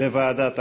בוועדת הכנסת,